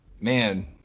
man